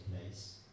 place